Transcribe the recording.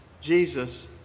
Jesus